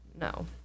No